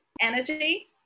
energy